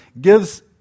gives